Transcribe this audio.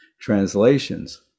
translations